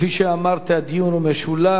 כפי שאמרתי, הדיון הוא משולב,